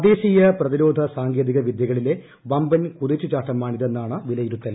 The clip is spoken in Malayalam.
തദ്ദേശീയ പ്രതിരോധ സാങ്കേതിക വിദൃകളിലെ വമ്പൻ കുതിച്ചുചാട്ടമാണിതെന്നാണ് വിലയിരുത്തൽ